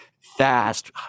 fast